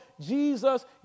Jesus